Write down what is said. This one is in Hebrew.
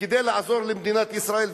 כדי לעזור למדינת ישראל,